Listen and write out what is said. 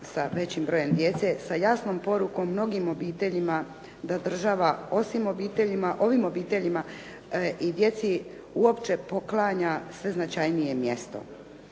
sa većim brojem djece sa jasnom porukom mnogim obiteljima da država osim ovim obiteljima i djeci uopće poklanja sve značajnije mjesto.